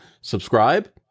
subscribe